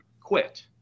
quit